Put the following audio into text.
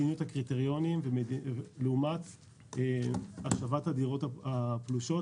מדיניות הקריטריונים לעומת השבת הדירות הפלושות